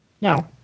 No